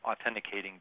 authenticating